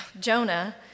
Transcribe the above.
Jonah